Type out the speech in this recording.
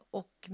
och